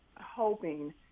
hoping